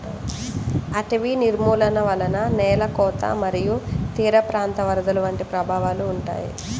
అటవీ నిర్మూలన వలన నేల కోత మరియు తీరప్రాంత వరదలు వంటి ప్రభావాలు ఉంటాయి